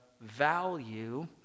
value